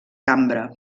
cambra